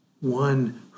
One